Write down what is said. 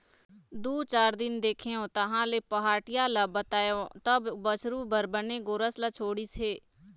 दू चार दिन देखेंव तहाँले पहाटिया ल बताएंव तब बछरू बर बने गोरस ल छोड़िस हे